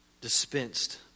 dispensed